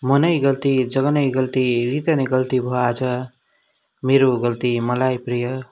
म नै गल्ती जग नै गल्ती हृदय नै गल्ती भयो आज मेरो गल्ती मलाई प्रिय